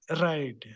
Right